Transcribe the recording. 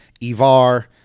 Ivar